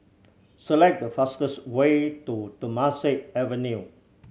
select the fastest way to Temasek Avenue